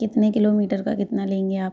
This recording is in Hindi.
कितने किलोमीटर का कितना लेंगे आप